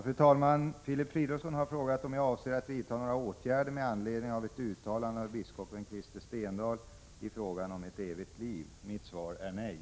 Fru talman! Filip Fridolfsson har frågat mig om jag avser att vidta några åtgärder med anledning av ett uttalande av biskopen Krister Stendahl i frågan om ett evigt liv. Mitt svar är: Nej.